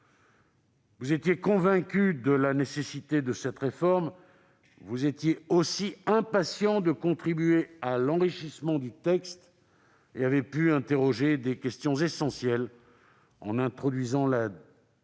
vous étiez convaincus de la nécessité de cette réforme. Vous étiez aussi impatients de contribuer à l'enrichissement du texte et avez pu aborder des questions essentielles en introduisant la définition